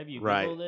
right